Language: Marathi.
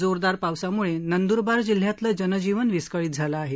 जोरदार पावसामुळे नंदुरबार जिल्ह्यातलं जनजीवन विस्कळीत झालं आहे